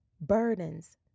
burdens